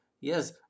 Yes